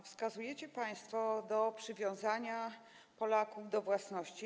Wskazujecie państwo na przywiązanie Polaków do własności.